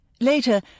Later